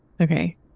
Okay